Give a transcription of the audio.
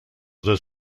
oder